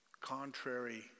contrary